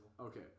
Okay